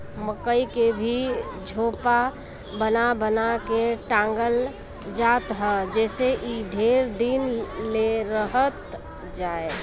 मकई के भी झोपा बना बना के टांगल जात ह जेसे इ ढेर दिन ले रहत जाए